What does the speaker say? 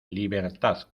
libertad